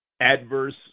adverse